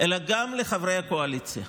אלא גם לחברי הקואליציה.